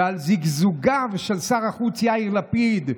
ועל זיגזוגו של שר החוץ יאיר לפיד,